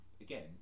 again